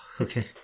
Okay